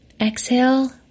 exhale